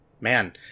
Man